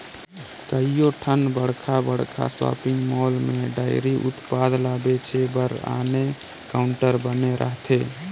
कयोठन बड़खा बड़खा सॉपिंग मॉल में डेयरी उत्पाद ल बेचे बर आने काउंटर बने रहथे